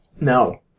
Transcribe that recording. No